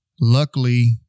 Luckily